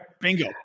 Bingo